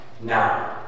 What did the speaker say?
now